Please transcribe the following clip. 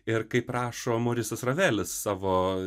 ir kaip rašo morisas ravelis savo